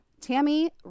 Tammy